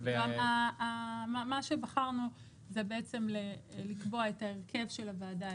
מה שבחרנו זה לקבוע את ההרכב של הוועדה,